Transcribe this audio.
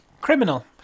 criminal